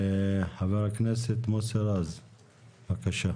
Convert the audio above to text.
חבר הכנסת מוסי רז, בבקשה.